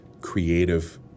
creative